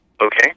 Okay